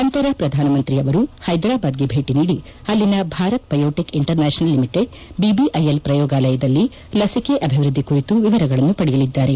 ನಂತರ ಪ್ರಧಾನಮಂತ್ರಿ ಅವರು ಹೈದರಾಬಾದ್ಗೆ ಭೇಟಿ ನೀಡಿ ಅಲ್ಲಿನ Bharat biotech international limited BBIL ಪ್ರಯೋಗಾಲಯದಲ್ಲಿ ಲಸಿಕೆ ಅಭಿವ್ಯದ್ದಿ ಕುರಿತು ವಿವರಗಳನ್ನು ಪಡೆಯಲಿದ್ದಾರೆ